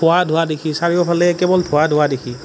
ধোঁৱা ধোঁৱা দেখি চাৰিফালে কেৱল ধোঁৱা ধোঁৱা দেখি